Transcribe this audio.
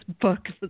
books